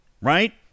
right